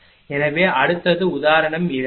எனவே அடுத்தது உதாரணம் 2